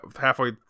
halfway